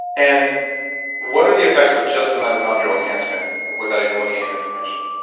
and what are the effects of just the mitochondrial enhancement, without even looking at inflammation?